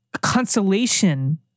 consolation